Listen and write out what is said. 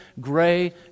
gray